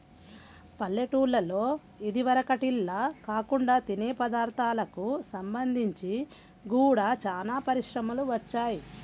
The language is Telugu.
పల్లెటూల్లలో ఇదివరకటిల్లా కాకుండా తినే పదార్ధాలకు సంబంధించి గూడా చానా పరిశ్రమలు వచ్చాయ్